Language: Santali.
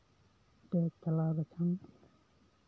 ᱚᱱᱛᱮ ᱪᱟᱞᱟᱣ ᱞᱮᱠᱷᱟᱱ